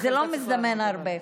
זה לא מזדמן הרבה.